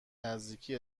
نزدیکی